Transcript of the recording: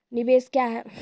निवेश क्या है?